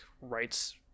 rights